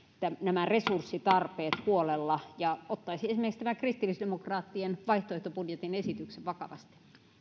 nämä resurssitarpeet huolella ja ottaisi esimerkiksi kristillisdemokraattien vaihtoehtobudjetin esityksen vakavasti